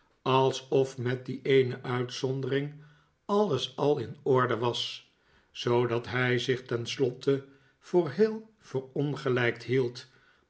alsof met die eene uitzondering alles al in orde was zoodat hij zich tenslotte voor heel verongelijkt hield